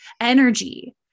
energy